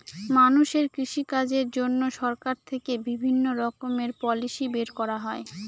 মানুষের কৃষিকাজের জন্য সরকার থেকে বিভিণ্ণ রকমের পলিসি বের করা হয়